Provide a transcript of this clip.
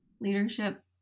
leadership